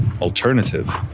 alternative